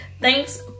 thanks